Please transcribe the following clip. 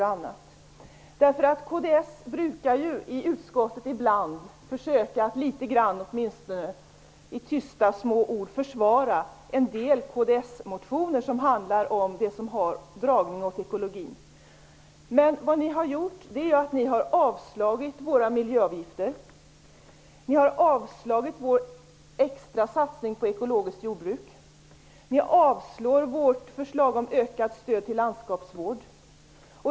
I utskottet försöker ju kds ibland, litet grand åtminstone, tyst och med små ord försvara en del kds-motioner som handlar om sådant som har en dragning åt ekologin. Men ni har avstyrkt våra förslag om miljöavgifter, om en extra satsning på ekologiskt jordbruk och om ökat stöd till landskapsvård.